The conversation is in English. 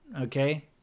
okay